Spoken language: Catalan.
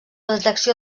detecció